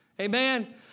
Amen